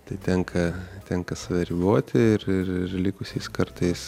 tai tenka tenka save riboti ir ir ir likusiais kartais